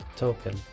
Token